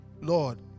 lord